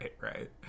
Right